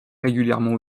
régulièrement